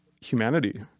humanity